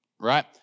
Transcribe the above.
right